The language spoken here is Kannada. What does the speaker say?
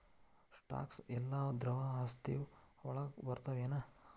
ಸ್ಟಾಕ್ಸ್ ಯೆಲ್ಲಾ ದ್ರವ ಆಸ್ತಿ ವಳಗ್ ಬರ್ತಾವೆನ?